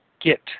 get